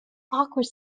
awkward